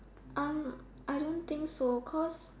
um I don't think so cause